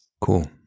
cool